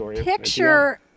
picture